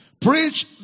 preach